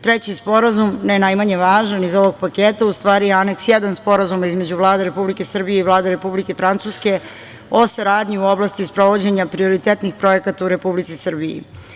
Treći sporazum, ne najmanje važan iz ovog paketa, u stvari je Aneks I Sporazuma između Vlade Republike Srbije i Vlade Republike Francuske o saradnji u oblasti sprovođenja prioritetnih projekata u Republici Srbiji.